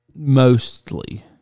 mostly